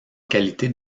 qualité